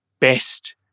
best